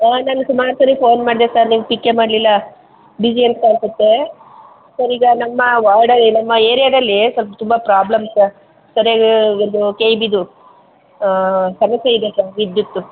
ಹಾಂ ನಾನು ಸುಮಾರು ಸಾರಿ ಫೋನ್ ಮಾಡಿದೆ ಸರ್ ನೀವು ಪಿಕ್ಕೇ ಮಾಡಲಿಲ್ಲ ಬಿಜಿ ಅಂತ ಅನ್ನಿಸುತ್ತೆ ಸರ್ ಈಗ ನಮ್ಮ ವಾರ್ಡಲ್ಲಿ ನಮ್ಮ ಏರಿಯಾದಲ್ಲಿ ಸ್ವಲ್ಪ ತುಂಬ ಪ್ರಾಬ್ಲಮ್ ಸರ್ ಸರಿಯಾಗಿ ಇದು ಕೆ ಇ ಬಿದು ಸಮಸ್ಯೆ ಇದೆ ಸರ್ ವಿದ್ಯುತ್ತು